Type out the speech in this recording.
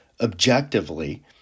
objectively